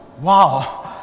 wow